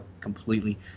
completely